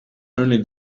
only